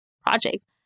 projects